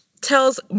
tells